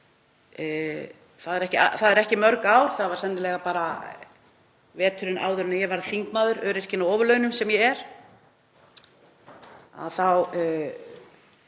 Það eru ekki mörg ár, það var sennilega bara veturinn áður en ég varð þingmaður, öryrkinn á ofurlaunum sem ég er —